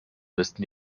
müssten